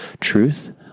truth